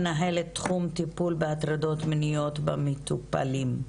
מנהלת תחום טיפול בהטרדות מיניות במטופלים,